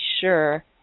sure